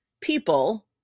people